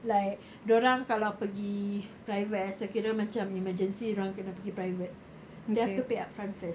like dia orang kalau pergi private eh so kira macam emergency dia orang kena pergi private they have to pay upfront first